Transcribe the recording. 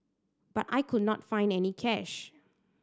but I could not find any cash